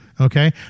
Okay